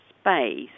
space